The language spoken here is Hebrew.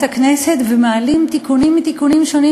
הכנסת ומעלים תיקונים מתיקונים שונים,